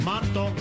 Marto